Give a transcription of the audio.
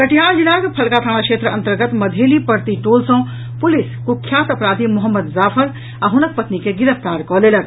कटिहार जिलाक फलका थाना क्षेत्र अन्तर्गत मधेली पड़ती टोल सँ पुलिस कुख्यात अपराधी मोहम्मद जाफर आ हनक पत्नी के गिरफ्तार कऽ लेलक